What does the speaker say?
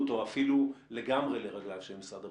או אפילו לגמרי לרגליו של משרד הבריאות.